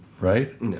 right